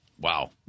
Wow